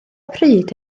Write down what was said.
pryd